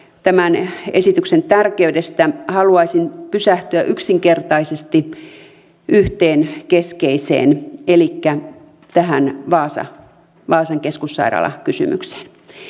tämän esityksen tärkeydestä haluaisin pysähtyä yksinkertaisesti yhteen keskeiseen elikkä tähän vaasan keskussairaala kysymykseen